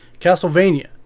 Castlevania